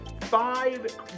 five